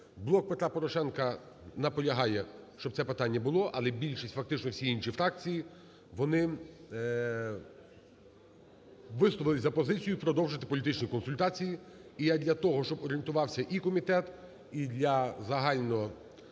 "Блок Петра Порошенка" наполягає, щоб це питання було, але більшість, фактично всі інші фракції, вони висловились за позицію продовжити політичні консультації. І я для того, щоб орієнтувався і комітет, і для загальносуспільної